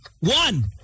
One